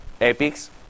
Epics